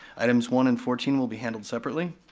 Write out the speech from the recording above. items one and fourteen will be handled separately.